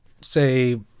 say